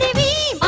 be